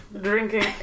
drinking